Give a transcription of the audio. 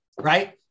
right